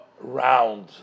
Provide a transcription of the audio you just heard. round